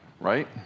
right